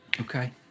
Okay